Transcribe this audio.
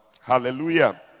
Hallelujah